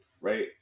right